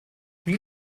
wie